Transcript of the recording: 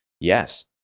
Yes